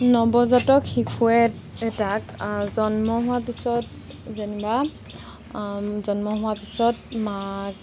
নৱজাতক শিশু এটাক জন্ম হোৱা পিছত যেনিবা জন্ম হোৱা পিছত মাক